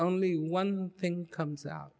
only one thing comes out